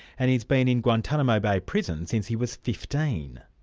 and he's been in guantanamo bay prison since he was fifteen.